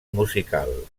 musical